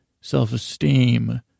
self-esteem